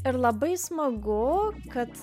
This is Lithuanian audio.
ir labai smagu kad